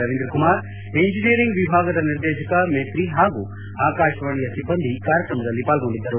Ravindra Kumar engineering ವಿಭಾಗದ ನಿರ್ದೇಶಕ ಮೇತ್ರಿ ಹಾಗೂ ಆಕಾಶವಾಣಿಯ ಸಿಬ್ಬಂದಿ ಕಾರ್ಯಕ್ರಮದಲ್ಲಿ ಪಾಲ್ಗೊಂಡಿದ್ದರು